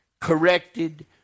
corrected